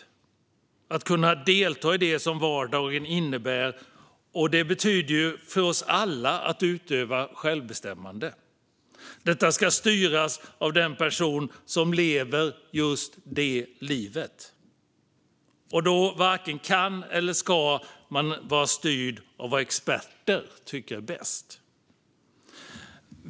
Det handlar om att kunna delta i det som vardagen innebär, och det betyder ju för oss alla att utöva självbestämmande. Detta ska styras av den som lever det livet, och då varken kan eller ska man vara styrd av vad experter tycker är bäst.